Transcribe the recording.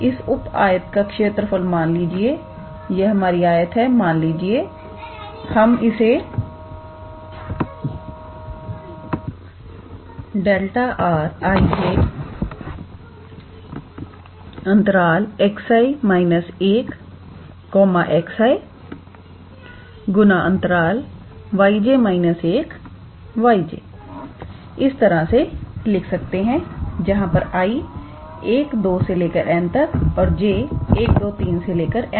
और इस उप आयत का क्षेत्रफल मान लीजिए यह हमारी आयत है मान लीजिए हम इसे ∆𝑅𝑖𝑗𝑥𝑖−1 𝑥𝑖 × 𝑦𝑗−1 𝑦𝑗 इस तरह से लिख सकते हैं जहां पर 𝑖 12 𝑛 और 𝑗 123 𝑚